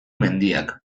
mendiak